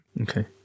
okay